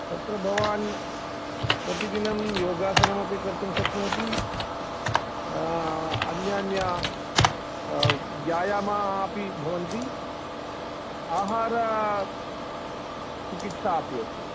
तत्र भवान् प्रतिदिनं योगासनमपि कर्तुं शक्नोति अन्यान्यव्यायामाः अपि भवन्ति आहारचिकित्सा अपि अस्ति